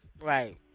Right